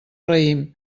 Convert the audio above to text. raïm